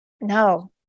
No